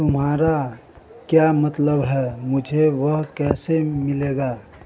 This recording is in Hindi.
तुम्हारा क्या मतलब है मुझे वह कैसे मिलेगा